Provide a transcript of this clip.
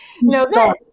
No